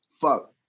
fuck